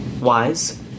Wise